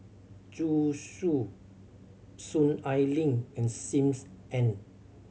Zhu Xu Soon Ai Ling and Sim Ann